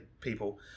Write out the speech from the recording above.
people